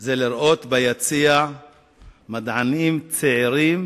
היא לראות ביציע מדענים צעירים,